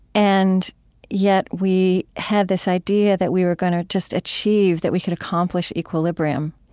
and yet, we had this idea that we were going to just achieve, that we could accomplish equilibrium.